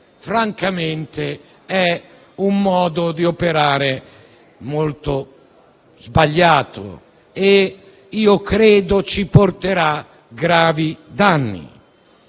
francamente penso sia un modo di operare molto sbagliato. Credo ci porterà gravi danni.